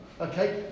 okay